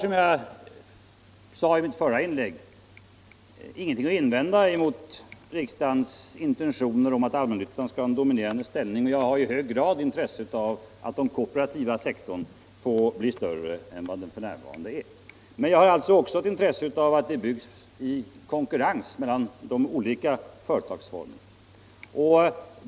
Som jag sade i mitt förra inlägg har jag ingenting att invända mot 137 riksdagens intentioner att allmännyttan skall ha en dominerande ställning. Jag är också här i hög grad intresserad av att den kooperativa sektorn blir större än vad den f.n. är. Men jag har också ett intresse av att det byggs i konkurrens mellan olika företagsformer.